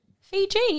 Fiji